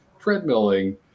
treadmilling